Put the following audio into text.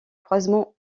croisement